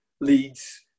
leads